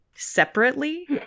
separately